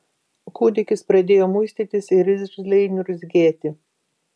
kūdikis pradėjo muistytis ir irzliai niurzgėti